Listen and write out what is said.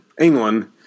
England